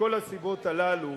מכל הסיבות האלה,